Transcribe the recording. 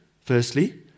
firstly